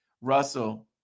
Russell